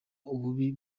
ububi